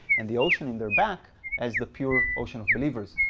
and the ocean on their back as the pure ocean of believers.